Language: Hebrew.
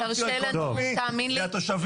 אם תרשה לנו, תאמין לי.